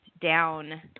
down